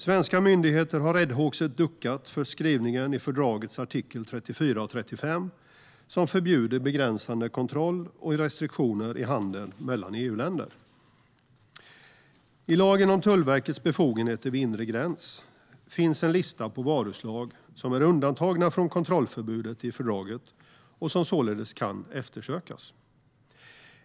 Svenska myndigheter har räddhågset duckat för skrivningen i fördragets artikel 34 och 35 som förbjuder begränsande kontroller och restriktioner i handeln mellan EU-länder. I lagen om Tullverkets befogenheter vid inre gräns finns en lista på varuslag som är undantagna från kontrollförbudet i fördraget och som således kan eftersökas.